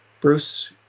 Bruce